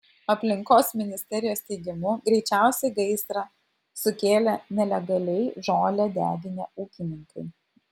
aplinkos ministerijos teigimu greičiausiai gaisrą sukėlė nelegaliai žolę deginę ūkininkai